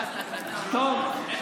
טוב.